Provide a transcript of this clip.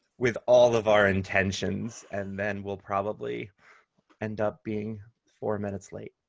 with all of our intentions and then we'll probably end up being four minutes late,